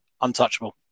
untouchable